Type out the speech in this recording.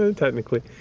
ah technically.